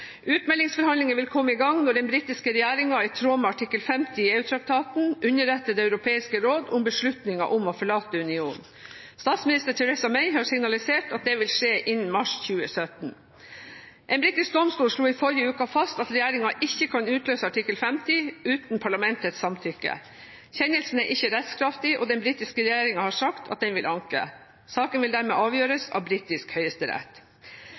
vil komme i gang når den britiske regjering, i tråd med artikkel 50 i EU-traktaten, underretter Det europeiske råd om beslutningen om å forlate unionen. Statsminister Theresa May har signalisert at det vil skje innen mars 2017. En britisk domstol slo i forrige uke fast at regjeringen ikke kan utløse artikkel 50 uten parlamentets samtykke. Kjennelsen er ikke rettskraftig, og den britiske regjeringen har sagt at den vil anke. Saken vil dermed avgjøres av britisk høyesterett.